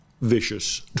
vicious